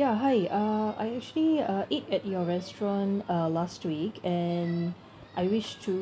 ya hi uh I actually uh ate at your restaurant uh last week and I wish to